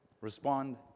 respond